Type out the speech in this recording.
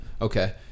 Okay